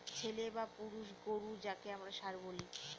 ছেলে বা পুরুষ গোরু যাকে আমরা ষাঁড় বলি